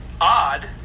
odd